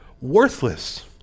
worthless